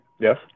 Yes